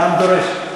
העם דורש.